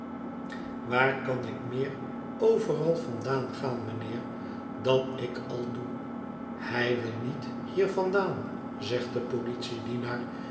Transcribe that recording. waar kan ik meer overal vandaan gaan mijnheer dan ik al doe hij wil niet hier vandaan zegt de politiedienaar